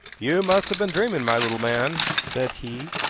you must have been dreaming, my little man, said he.